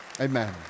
Amen